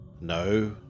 No